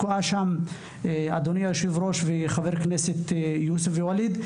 כבוד היושב ראש וחבר הכנסת ואליד,